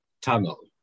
tunnel